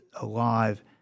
alive